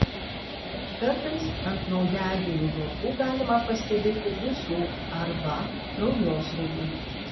kartais ant naujagimių galvų galima pastebėti guzų arba kraujosruvų